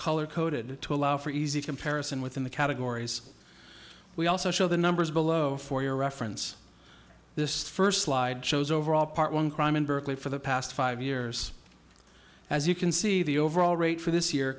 color coded to allow for easy comparison within the categories we also show the numbers below for your reference this first slide shows overall part one crime in berkeley for the past five years as you can see the overall rate for this year